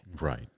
Right